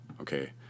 Okay